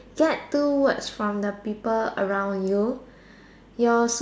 get two words from the people around you your su